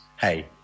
hey